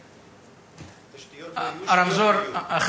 הרמזור.